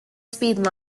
speed